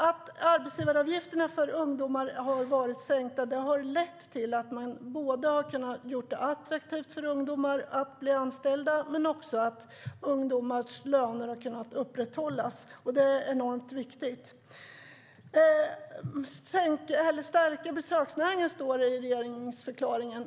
Att arbetsgivaravgifterna för ungdomar tidigare sänktes har lett till att man har gjort det attraktivt att anställa ungdomar men också att ungdomars löner har kunnat upprätthållas, vilket är mycket viktigt. I regeringsförklaringen talas det om att man ska stärka besöksnäringen.